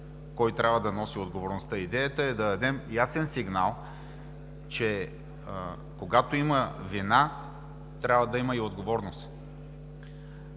кой трябва да носи отговорността. Идеята е да дадем ясен сигнал, че, когато има вина, трябва да има и отговорност.